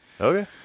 Okay